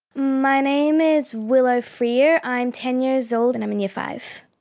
my name is willow freer, i'm ten years old and i'm in year five.